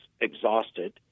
exhausted